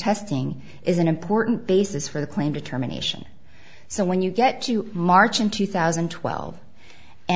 testing is an important basis for the claim determination so when you get to march in two thousand and twelve